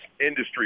industry